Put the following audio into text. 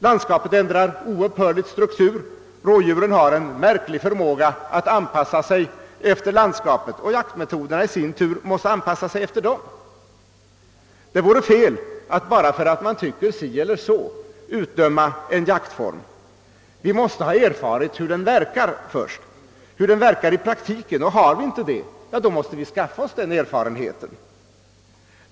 Landskapet ändrar oupphörligt struktur. Rådjuren har en märklig förmåga att anpassa sig till landskapet, och jaktmetoderna måste i sin tur anpassas efter dem. Det vore fel att, bara för att man tycker si eller så, utdöma en jaktform. Vi måste först erfara hur den verkar i praktiken. Har vi inte gjort det måste vi skaffa oss den erfarenheten.